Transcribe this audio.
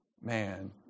man